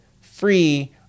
free